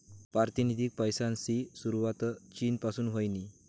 पारतिनिधिक पैसासनी सुरवात चीन पासून व्हयनी